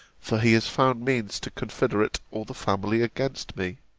for he has found means to confederate all the family against me.